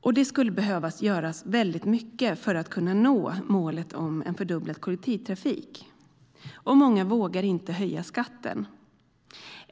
och det skulle behöva göras mycket för att vi ska nå målet om ett fördubblat kollektivtrafikresande. Många vågar inte höja skatten.